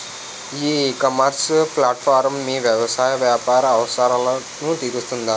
ఈ ecommerce platform మీ వ్యవసాయ వ్యాపార అవసరాలను తీరుస్తుందా?